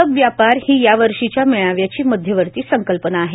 सुलभ व्यापार ही यावर्षीच्या मेळाव्याची मध्यवर्ती संकल्पना आहे